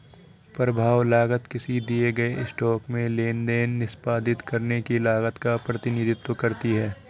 प्रभाव लागत किसी दिए गए स्टॉक में लेनदेन निष्पादित करने की लागत का प्रतिनिधित्व करती है